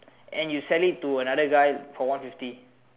and you sell it to another guy for one fifth